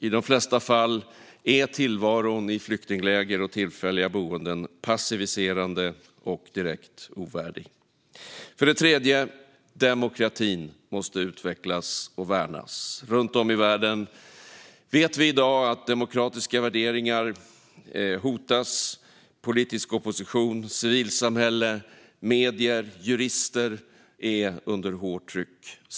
I de flesta fall är tillvaron i flyktingläger och tillfälliga boenden passiviserande och direkt ovärdig. För det tredje måste demokratin utvecklas och värnas. Runt om i världen hotas i dag demokratiska värderingar. Politisk opposition, civilsamhälle, medier och jurister är under hårt tryck.